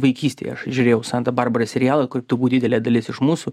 vaikystėj aš žiūrėjau santa barbara serialą kur tubūt didelė dalis iš mūsų